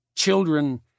children